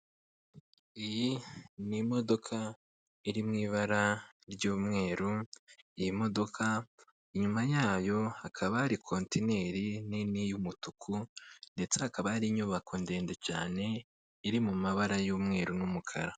Iyi ni imodoka iri mu ibara ry'umweru, iyi modoka inyuma yayo hakaba hari kontineri nini y'umutuku ndetse hakaba hari inyubako ndende cyane iri mu mabara y'umweru n'umukara.